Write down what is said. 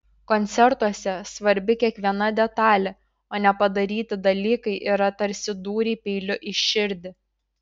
koncertuose svarbi kiekviena detalė o nepadaryti dalykai yra tarsi dūriai peiliu į širdį